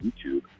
YouTube